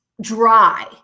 dry